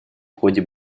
ходе